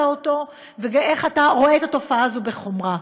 אותו ואיך אתה רואה את התופעה הזאת בחומרה,